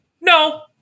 No